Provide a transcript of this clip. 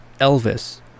Elvis